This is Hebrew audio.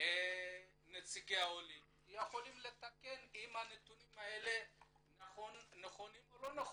או נציגי העולים שיתקנו אם הנתונים האלה נכונים או לא,